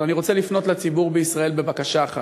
אבל אני רוצה לפנות לציבור בישראל בבקשה אחת: